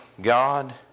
God